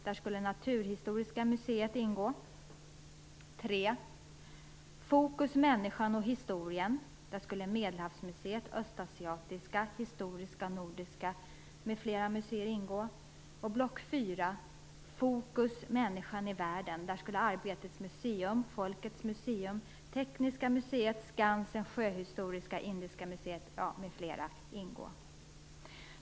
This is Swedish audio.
Där skulle Naturhistoriska museet ingå. 3. Fokus människan och historien. Där skulle Medelhavsmuseet, Östasiatiska, Historiska och Nordiska museet m.fl. ingå.